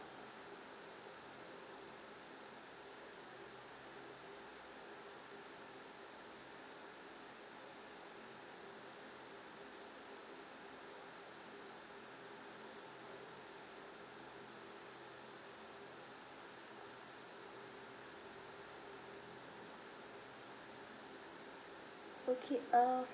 okay err